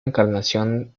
encarnación